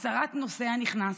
הצהרת נוסע נכנס,